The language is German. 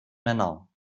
männer